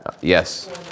Yes